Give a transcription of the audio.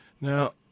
Now